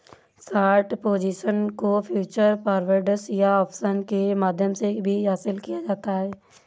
short position को futures, forwards या options के माध्यम से भी हासिल किया जाता है